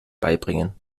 beibringen